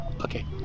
okay